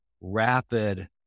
rapid